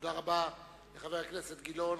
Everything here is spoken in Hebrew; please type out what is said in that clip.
תודה רבה לחבר הכנסת גילאון.